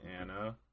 Anna